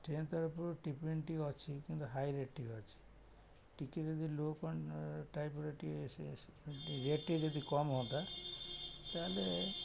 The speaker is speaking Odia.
ଟ୍ରେନ ତରଫରୁ ଟିକେ ଅଛି କିନ୍ତୁ ହାଇ ରେଟ୍ ଅଛି ଟିକେ ଯଦି ଲୋ ଟାଇପ୍ର ଟିକେ ରେଟ୍ ଟିକେ ଯଦି କମ୍ ହୁଅନ୍ତା ତା'ହେଲେ